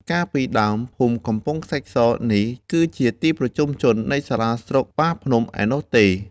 កាលពីដើម ភូមិកំពង់ខ្សាច់ស នេះ គឺជាទីប្រជុំជននៃសាលាស្រុកបាភ្នំឯណោះទេ។